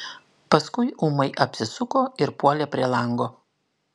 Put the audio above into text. paskui ūmai apsisuko ir puolė prie lango